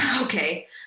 okay